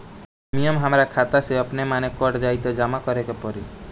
Premium हमरा खाता से अपने माने कट जाई की जमा करे के पड़ी?